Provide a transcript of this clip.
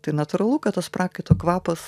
tai natūralu kad tas prakaito kvapas